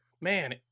man